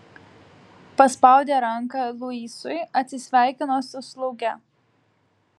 paspaudė ranką luisui atsisveikino su slauge